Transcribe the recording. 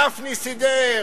גפני סידר,